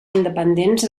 independents